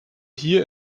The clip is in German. hier